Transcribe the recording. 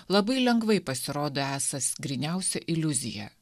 labai lengvai pasirodo esąs gryniausia iliuzija